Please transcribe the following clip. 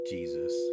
Jesus